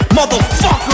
motherfucker